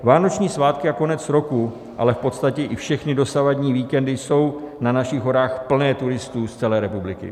Vánoční svátky a konec roku, ale v podstatě i všechny dosavadní víkendy jsou na našich horách plné turistů z celé republiky.